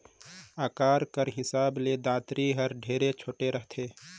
अकार कर हिसाब ले दँतारी हर ढेरे छोटे रहथे